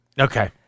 Okay